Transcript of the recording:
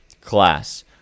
class